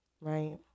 Right